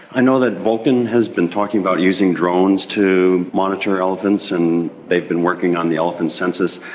i know that vulcan has been talking about using drones to monitor elephants and they have been working on the elephant census.